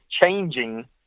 changing